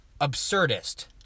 Absurdist